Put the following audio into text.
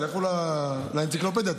לכו לאנציקלופדיה,